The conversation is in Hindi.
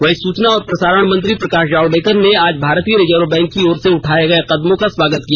वहीं सूचना और प्रसारण मंत्री प्रकाश जावडेकर ने आज भारतीय रिजर्व बैंक की ओर से उठाए कदमों का स्वागत किया